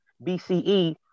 BCE